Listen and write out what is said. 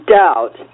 doubt